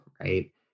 right